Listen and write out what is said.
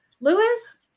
Lewis